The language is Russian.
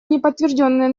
неподтвержденная